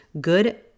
good